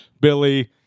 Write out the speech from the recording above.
Billy